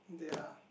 ya